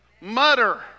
Mutter